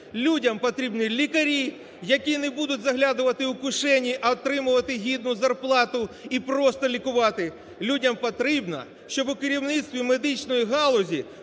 Людям потрібні лікарі, які не будуть заглядувати у кишені, а отримувати гідну зарплату і просто лікувати. Людям потрібно, щоб у керівництві медичної галузі